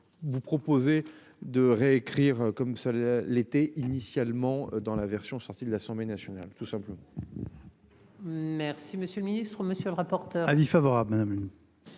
vous proposez de réécrire comme ça l'été initialement dans la version sortie de l'Assemblée nationale tout simple. Merci monsieur le ministre, monsieur le rapport. Avis favorable.